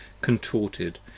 contorted